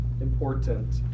important